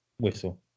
whistle